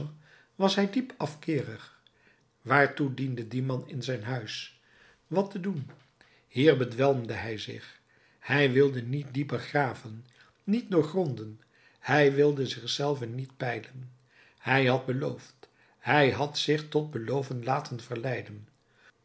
was hij diep afkeerig waartoe diende die man in zijn huis wat te doen hier bedwelmde hij zich hij wilde niet dieper graven niet doorgronden hij wilde zich zelven niet peilen hij had beloofd hij had zich tot beloven laten verleiden